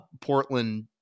Portland